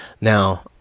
Now